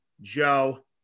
Joe